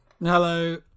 Hello